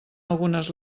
algunes